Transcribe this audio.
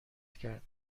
کرد